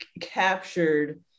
captured